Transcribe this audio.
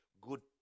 good